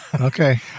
Okay